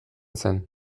zen